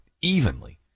evenly